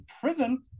prison